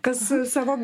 kas savo